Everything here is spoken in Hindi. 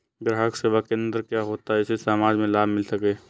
ग्राहक सेवा केंद्र क्या होता है जिससे समाज में लाभ मिल सके?